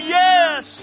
yes